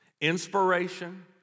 Inspiration